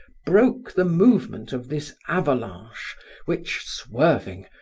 broke the movement of this avalanche which, swerving,